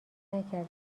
نکرده